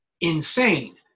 insane